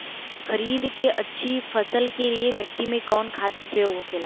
खरीद के अच्छी फसल के लिए मिट्टी में कवन खाद के प्रयोग होखेला?